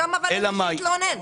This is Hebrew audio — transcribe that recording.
שם אין מי שיתלונן.